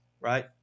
right